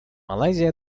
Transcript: малайзия